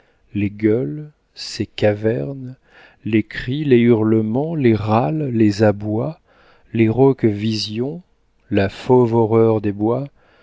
les gueules ces cavernes les cris les hurlements les râles les abois les rauques visions la fauve horreur des bois